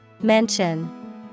Mention